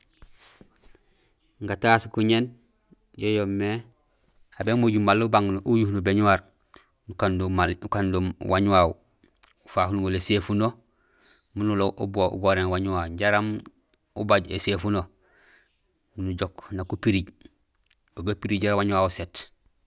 Gataas guñéén yo yoomé aw bémojul maal ubang, uyu nu béñuwaar nukando maal, nukando waañ wawu ufaak nuŋorul éséfuno miin ulogos, ugoréén waañ wawu jaraam ubaaj éséfuno, nujook nak upirij, aw gapirij jaraam waañ wawu usét.